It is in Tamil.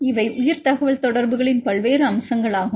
இவை உயிர் தகவல்தொடர்புகளின் பல்வேறு அம்சங்களாகும்